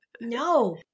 No